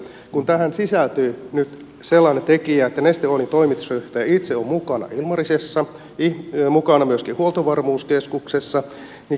kun tähän sisältyy nyt sellainen tekijä että neste oilin toimitusjohtaja itse on mukana ilmarisessa mukana myöskin huoltovarmuuskeskuksessa niin kysyn